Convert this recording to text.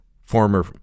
former